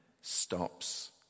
stops